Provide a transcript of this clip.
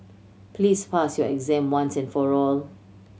please pass your exam once and for all